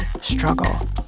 struggle